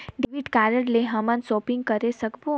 Debit card ले हमन shopping करे सकबो?